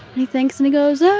he thinks and he goes. ah